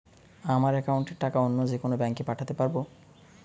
আমার একাউন্টের টাকা অন্য যেকোনো ব্যাঙ্কে পাঠাতে পারব?